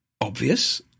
obvious